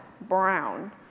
brown